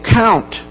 count